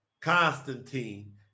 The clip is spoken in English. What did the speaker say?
Constantine